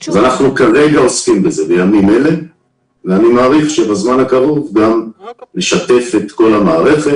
אנחנו עוסקים בזה בימים אלה ואני מעריך שבזמן הקרוב נשתף את כל המערכת